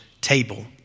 table